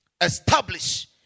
establish